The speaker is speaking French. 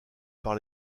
par